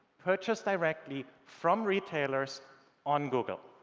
purchase directly from retailers on google.